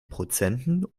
prozenten